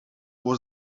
was